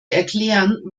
erklären